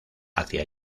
hacia